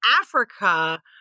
africa